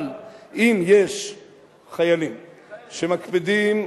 אבל אם יש חיילים שמקפידים,